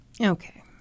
Okay